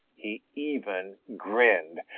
he even grinned.